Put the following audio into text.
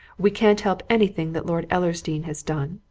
we can't help anything that lord ellersdeane has done,